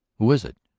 who is it?